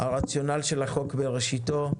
הרציונל של החוק בראשיתו,